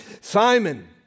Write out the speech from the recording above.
Simon